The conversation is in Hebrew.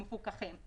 המפוקחים.